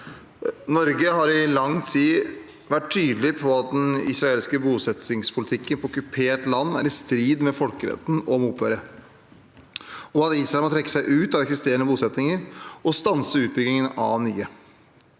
Nor- ge har i lang tid vært tydelig på at den israelske bosettingspolitikken på okkupert land er i strid med folkeretten og må opphøre, og at Israel må trekke seg ut av eksisterende bosettinger og stanse utbyggingen av